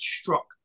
struck